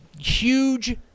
huge